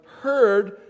heard